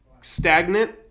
stagnant